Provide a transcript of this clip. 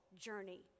journey